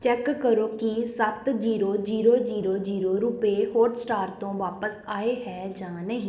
check ਕਰੋ ਕਿ ਸੱਤ ਜੀਰੋ ਜੀਰੋ ਜੀਰੋ ਜੀਰੋ ਰੁਪਏ ਹੌਟਸਟਾਰ ਤੋਂ ਵਾਪਸ ਆਏ ਹੈ ਜਾਂ ਨਹੀਂ